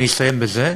אני אסיים בזה,